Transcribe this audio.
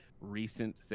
recent